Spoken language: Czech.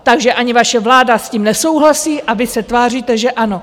Takže ani vaše vláda s tím nesouhlasí, a vy se tváříte, že ano.